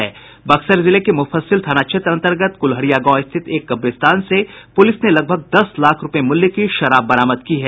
बक्सर जिले के मुफस्सिल थाना क्षेत्र अंतर्गत कुल्हड़िया गांव स्थित एक कब्रिस्तान से पुलिस ने लगभग दस लाख रूपये मुल्य की शराब बरामद की है